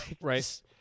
Right